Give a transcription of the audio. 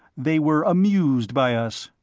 they were amused by us.